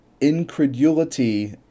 incredulity